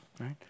right